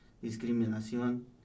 discriminación